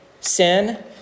sin